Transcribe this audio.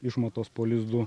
išmatos po lizdu